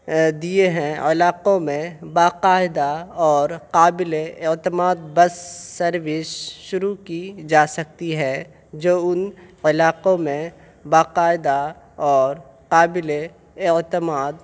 دیے ہیں علاقوں میں باقاعدہ اور قابل اعتماد بس سروس شروع کی جا سکتی ہے جو ان علاقوں میں باقاعدہ اور قابل اعتماد